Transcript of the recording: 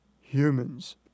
humans